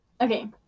Okay